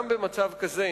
גם במצב כזה